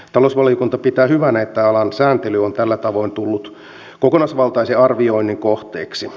talousvaliokunta pitää hyvänä että alan sääntely on tällä tavoin tullut kokonaisvaltaisen arvioinnin kohteeksi